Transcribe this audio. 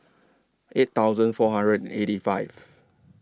eight thousand four hundred and eighty five